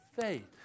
faith